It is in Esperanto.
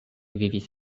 vivis